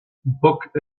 book